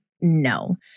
No